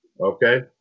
Okay